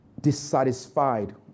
dissatisfied